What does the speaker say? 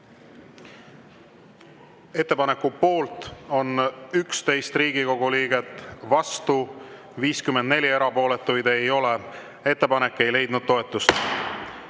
Ettepaneku poolt on 11 Riigikogu liiget, vastu 54, erapooletuid ei ole. Ettepanek ei leidnud toetust.